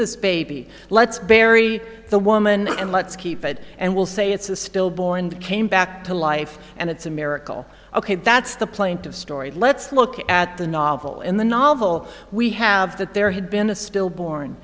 this baby let's bury the woman and let's keep it and we'll say it's a stillborn and came back to life and it's a miracle ok that's the plaintive story let's look at the novel in the novel we have that there had been a stillborn